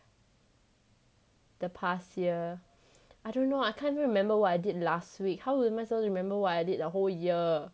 the past year I don't know I can't even remember what I did last week how am I supposed to remember what I did the whole year